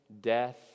death